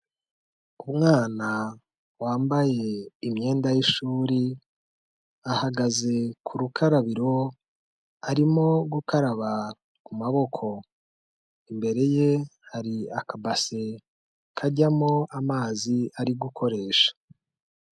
Umwana wambaye imyenda y'ishuri ahagaze ku rukarabiro arimo gukaraba ku maboko imbere ye hari akabase kajyamo amazi ari gukoresha.